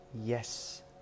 yes